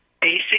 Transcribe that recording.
basic